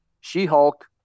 She-Hulk